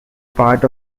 part